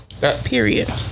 Period